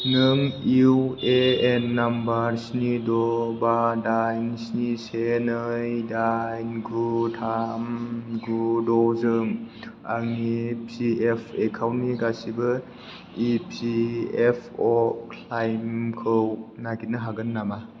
नों इउएएन नाम्बरा स्नि द' बा दाइन स्नि से नै दाइन गु थाम गु द' जों आंनि पिएफ एकाउन्टनि गासिबो इपिएफअ' क्लेइमखौ नागिरनो हागोन नामा